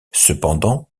cependant